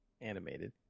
animated